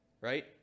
Right